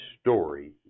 story